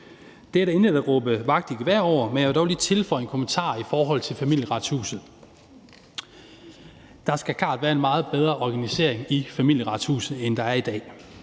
Det er der intet at råbe vagt i gevær over, men jeg vil dog lige tilføje en kommentar i forhold til Familieretshuset. Der skal klart være en meget bedre organisering i Familieretshuset, end der er i dag.